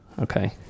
okay